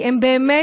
כי הם באמת